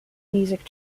music